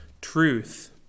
truth